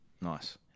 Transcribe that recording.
Nice